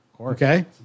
Okay